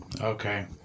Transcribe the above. Okay